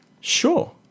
Sure